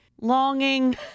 longing